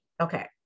Okay